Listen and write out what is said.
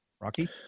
Rocky